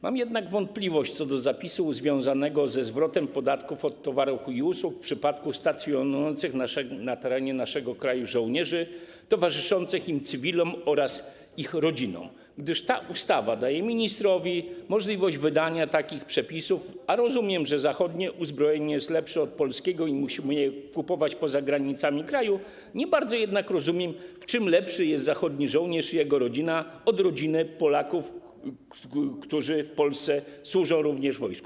Mam jednak wątpliwość co do zapisu związanego ze zwrotem podatków od towarów i usług w przypadku stacjonujących na terenie naszego kraju żołnierzy, towarzyszących im cywili oraz ich rodzin, gdyż ta ustawa daje ministrowi możliwość wydania takich przepisów, a rozumiem, że zachodnie uzbrojenie jest lepsze od polskiego i musimy je kupować poza granicami kraju, nie bardzo jednak rozumiem, w czym lepszy jest zachodni żołnierz i jego rodzina od rodziny Polaków, którzy Polsce służą również w wojsku.